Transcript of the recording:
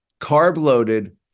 carb-loaded